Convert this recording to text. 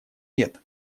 лет